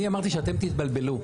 אני אמרתי שאתם תתבלבלו,